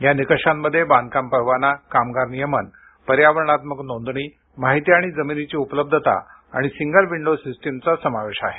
या निकषांमध्ये बांधकाम परवाना कामगार नियमन पर्यावरणात्मक नोंदणी माहिती आणि जमिनीची उपलब्धता आणि सिंगल विंडो सिस्टीम यांचा समावेश आहे